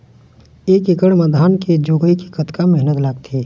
एक एकड़ म धान के जगोए के कतका मेहनती लगथे?